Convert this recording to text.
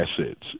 assets